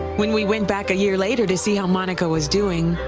when we went back a year later to see how monica was doing,